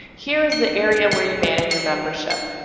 here is the area where you manage your membership.